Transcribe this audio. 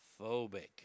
phobic